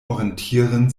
orientieren